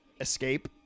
escape